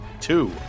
Two